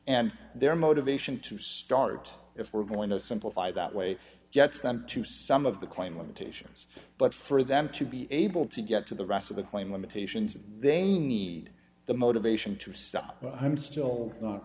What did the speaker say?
and their motivation to start if we're going to simplify that way gets down to some of the crime limitations but for them to be able to get to the rest of the claim limitations they need the motivation to stop i'm still not